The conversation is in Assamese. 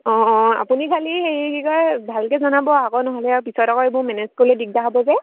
অঁ অঁ আপুনি খালি হেৰি কি কয় ভালকৈ জনাব আকৌ নহ'লে আৰু পিছত আকৌ এইবোৰ মেনেজ কৰিবলৈ দিগদাৰ হ'ব যে